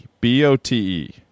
B-O-T-E